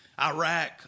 Iraq